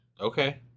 Okay